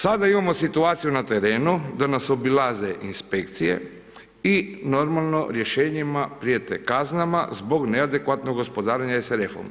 Sada imamo situaciju na terenu da nas obilaze inspekcije, i normalno, rješenjima prijete kaznama zbog neadekvatnog gospodarenja SRF-om.